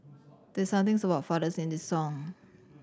there's something about fathers in this song